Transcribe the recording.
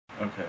okay